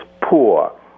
poor